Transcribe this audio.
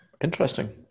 interesting